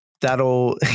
That'll